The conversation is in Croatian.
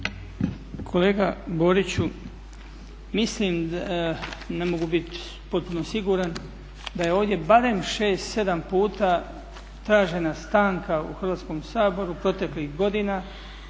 Kolega Boriću, mislim, ne mogu biti potpuno siguran da je ovdje barem 6, 7 puta tražena stanka u Hrvatskom saboru proteklih godina